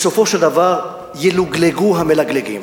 בסופו של דבר, ילוגלגו המלגלגים,